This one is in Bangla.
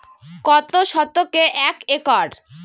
কত শতকে এক একর?